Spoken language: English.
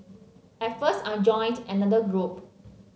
at first I joined another group